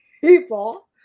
people